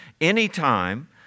anytime